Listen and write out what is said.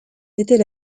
était